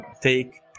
take